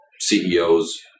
CEOs